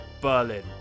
Berlin